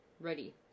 ready